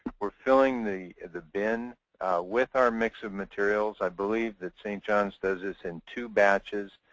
we're filling the the bin with our mix of materials. i believe that st. john's does this in two batches.